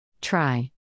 Try